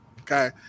Okay